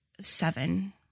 seven